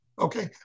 Okay